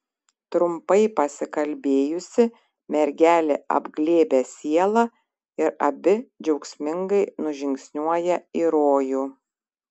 trumpai pasikalbėjusi mergelė apglėbia sielą ir abi džiaugsmingai nužingsniuoja į rojų